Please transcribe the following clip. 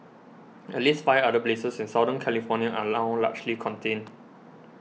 at least five other blazes in Southern California are now largely contained